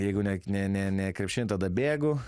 jeigu ne ne ne krepšinį tada bėgu